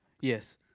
Yes